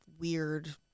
weird